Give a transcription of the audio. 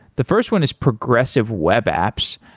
the first one is progressive web apps.